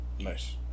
Nice